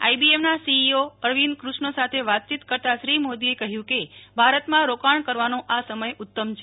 આઈબીએમના CEO Arvind Krishna સાથે વાતચીત કરતા શ્રી મોદીએ કેહ્યુ કે ભારતમાં રોકાણ કરવાનો આ સમય ઉત્તમ છે